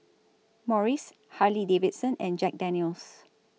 Morries Harley Davidson and Jack Daniel's